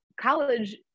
college